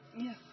Yes